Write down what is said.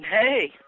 Hey